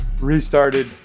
restarted